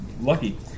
lucky